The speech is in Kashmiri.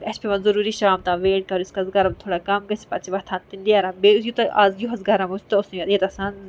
اَسہِ پیوان ضروٗری شام تام ویٹ کَرُن یۭتِس کالس گَرم تھوڑا کَم گژھِ پَتہٕ ووتھان تہٕ نیر بیٚیہِ یۄٗتاہ اَز یُہُس گَرم اوس تیوٗتاہ اوس نہٕ ییٚتہِ آسان